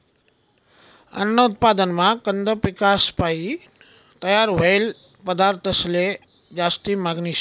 अन्न उत्पादनमा कंद पिकेसपायीन तयार व्हयेल पदार्थंसले जास्ती मागनी शे